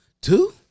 two